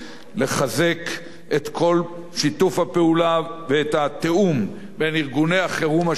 לחזק את כל שיתוף הפעולה ואת התיאום בין ארגוני החירום השונים,